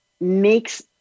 makes